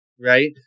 right